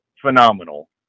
phenomenal